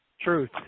Truth